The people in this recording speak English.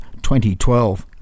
2012